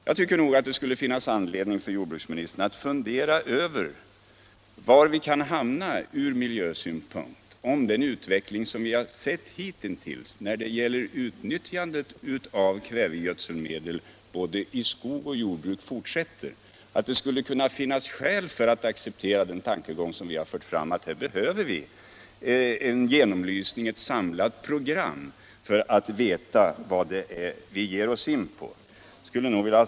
Jag tycker nog att det kunde finnas anledning för jordbruksministern att fundera över var vi kan hamna ur miljösynpunkt om den utveckling som vi har sett hittills när det gäller utnyttjandet av kvävegödselmedel i jord och skogsbruk fortsätter. Och det kunde finnas skäl att acceptera den tankegång som vi har fört fram, att vi behöver ett samlat program för att veta vad vi ger oss in på.